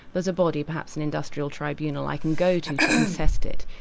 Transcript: there's a body, perhaps an industrial tribunal, i can go to to contest it.